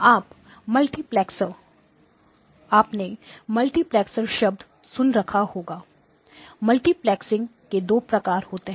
आपने ट्रांसमल्टीप्लेक्सर शब्द सुन रखा होगा ट्रांसमल्टीप्लेक्सिंग के दो प्रकार होते हैं